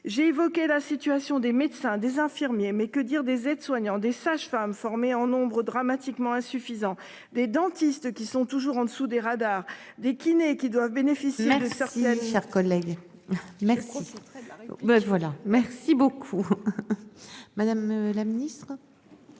J'ai évoqué la situation des médecins, des infirmiers mais que dire des aides-soignants des sages-femmes, formées en nombre dramatiquement insuffisant des dentistes qui sont toujours en dessous des radars des kinés qui doivent bénéficier de ça. Il a, chers collègues. Merci, c'est très variable.